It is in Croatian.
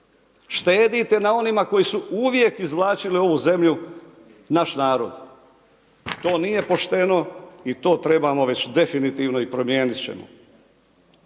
Štedite na onima koji su uvijek izvlačili ovu zemlju, naš narod. To nije pošteno i to trebamo već definitivno i promijenit ćemo.